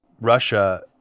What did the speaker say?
Russia